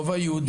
הרובע היהודי,